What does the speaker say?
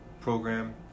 program